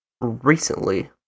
recently